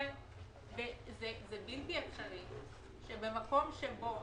זה בלתי אפשרי שבמקום שבו